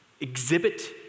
exhibit